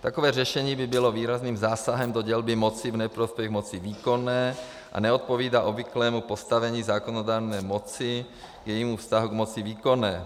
Takové řešení by bylo výrazným zásahem do dělby moci v neprospěch moci výkonné a neodpovídá obvyklému postavení zákonodárné moci, jejímu vztahu k moci výkonné.